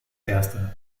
erste